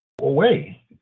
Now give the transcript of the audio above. away